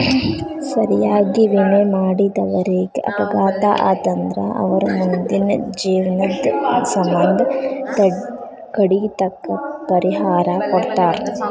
ಸರಿಯಾಗಿ ವಿಮೆ ಮಾಡಿದವರೇಗ ಅಪಘಾತ ಆತಂದ್ರ ಅವರ್ ಮುಂದಿನ ಜೇವ್ನದ್ ಸಮ್ಮಂದ ಕಡಿತಕ್ಕ ಪರಿಹಾರಾ ಕೊಡ್ತಾರ್